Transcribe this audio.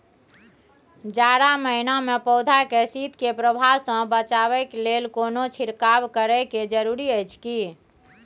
जारा महिना मे पौधा के शीत के प्रभाव सॅ बचाबय के लेल कोनो छिरकाव करय के जरूरी अछि की?